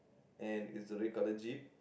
and is a red colour jeep